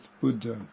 Buddha